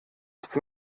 nichts